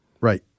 Right